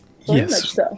Yes